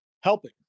helping